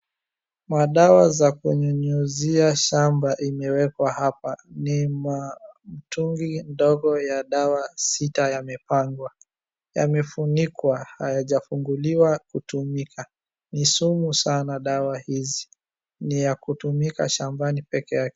Madawa za kunyunyuzia shamba imewekwa hapa. Ni matungi ndogo ya dawa sita yamepangwa, yamefunikwa hayajafunguliwa kutumika. Ni sumu sana dawa hizi. Ni ya kutumika shambani pekeake.